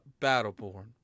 Battleborn